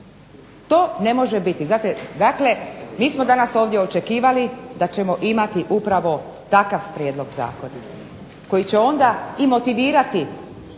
To ne može biti. Dakle, mi smo danas ovdje očekivali da ćemo imati upravo takav prijedlog zakona koji će onda i motivirati